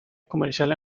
comercial